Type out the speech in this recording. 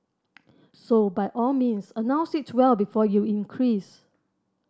so by all means announce it well before you increase